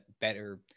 better